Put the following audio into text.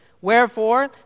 Wherefore